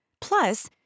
Plus